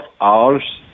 hours